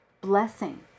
blessing